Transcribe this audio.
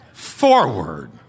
Forward